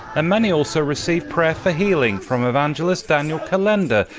many also received prayer for healing from evangelist daniel calender,